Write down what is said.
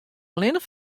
allinnich